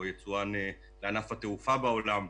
או יצואן לענף התעופה בעולם,